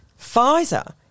Pfizer